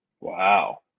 Wow